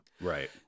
Right